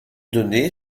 donnée